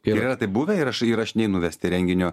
ir yra buvę ir aš ir aš neinu vesti renginio